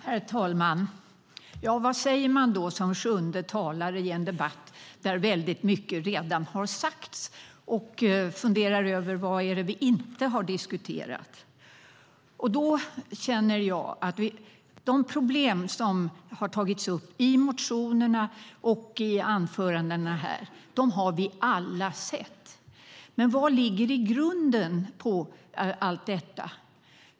Herr talman! Vad säger man som sjunde talare i en debatt där väldigt mycket redan har sagts och man funderar över vad vi inte har diskuterat? De problem som har tagits upp i motionerna och i anförandena har vi alla sett. Men vad finns i grunden till allt detta?